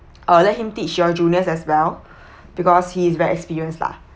uh let him teach your juniors as well because he's very experienced lah